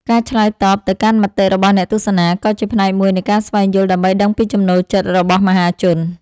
ការឆ្លើយតបទៅកាន់មតិរបស់អ្នកទស្សនា ក៏ជាផ្នែកមួយនៃការស្វែងយល់ ដើម្បីដឹងពីចំណូលចិត្តរបស់មហាជន។